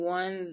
one